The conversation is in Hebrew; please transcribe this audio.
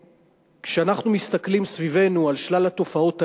וכשאנחנו מסתכלים סביבנו על שלל התופעות האלה,